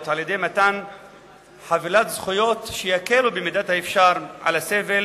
במתן חבילת זכויות שיקלו במידת האפשר את הסבל